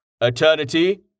Eternity